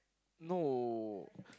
no